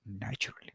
naturally